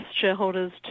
shareholders